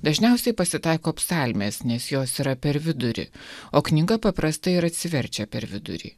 dažniausiai pasitaiko psalmės nes jos yra per vidurį o knyga paprastai ir atsiverčia per vidurį